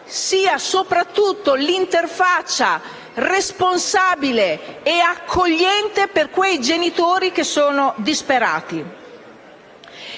sia soprattutto l'interfaccia responsabile e accogliente per quei genitori disperati.